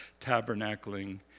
tabernacling